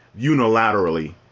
unilaterally